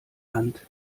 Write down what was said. hand